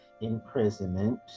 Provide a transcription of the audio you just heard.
imprisonment